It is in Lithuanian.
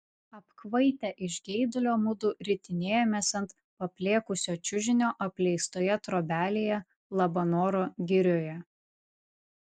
apkvaitę iš geidulio mudu ritinėjomės ant paplėkusio čiužinio apleistoje trobelėje labanoro girioje